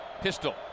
Pistol